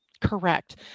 Correct